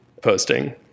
posting